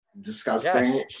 disgusting